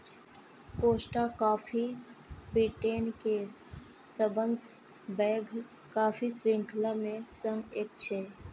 Costa Coffee Britain के सबसं पैघ कॉफी शृंखला मे सं एक छियै